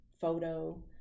photo